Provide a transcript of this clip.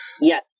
Yes